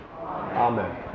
Amen